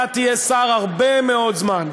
אתה תהיה שר הרבה מאוד זמן,